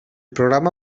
programa